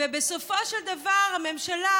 ובסופו של דבר הממשלה,